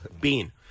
Bean